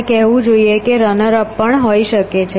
અથવા આપણે કહેવું જોઈએ રનર અપ પણ હોઈ શકે છે